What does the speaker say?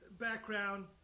background